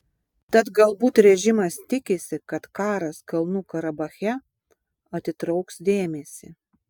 tad galbūt režimas tikisi kad karas kalnų karabache atitrauks dėmesį